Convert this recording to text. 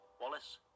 Wallace